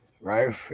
Right